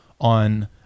on